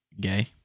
gay